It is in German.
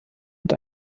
und